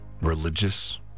religious